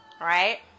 Right